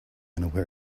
unaware